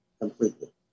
completely